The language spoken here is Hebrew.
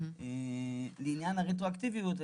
לעניין הרטרואקטיביות,